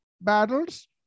battles